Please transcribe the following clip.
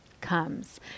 comes